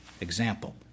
example